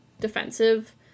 defensive